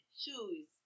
shoes